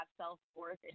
self-worth